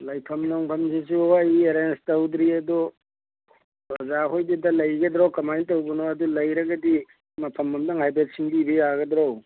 ꯂꯩꯐꯝ ꯅꯨꯡꯐꯝꯁꯤꯁꯨ ꯑꯩ ꯑꯦꯔꯦꯟꯖ ꯇꯧꯗ꯭ꯔꯤ ꯑꯗꯨ ꯑꯣꯖꯥ ꯍꯣꯏꯒꯤꯗ ꯂꯩꯒꯗ꯭ꯔꯣ ꯀꯃꯥꯏꯅ ꯇꯧꯕꯅꯣ ꯑꯗꯨ ꯂꯩꯔꯒꯗꯤ ꯃꯐꯝ ꯑꯃꯇꯪ ꯍꯥꯏꯐꯦꯠ ꯁꯤꯟꯕꯤꯕ ꯌꯥꯒꯗ꯭ꯔꯣ